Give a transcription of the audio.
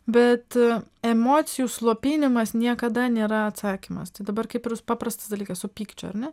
bet a emocijų slopinimas niekada nėra atsakymas tai dabar kaip ir jūs paprastas dalykas su pykčiu ar ne